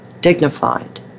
dignified